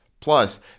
Plus